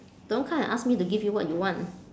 don't come and ask me to give you what you want